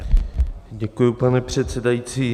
Děkuji, pane předsedající.